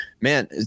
man